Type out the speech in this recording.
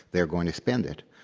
they're going to spend it.